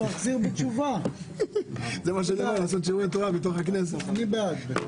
אני בעד.